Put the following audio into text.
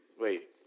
Wait